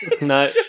No